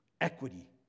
equity